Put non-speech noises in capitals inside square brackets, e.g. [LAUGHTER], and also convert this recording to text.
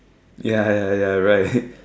ya ya ya right [LAUGHS]